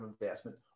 investment